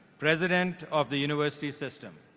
president of the university system.